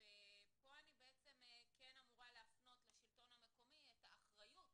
ופה אני בעצם כן אמורה להפנות לשלטון המקומי את האחריות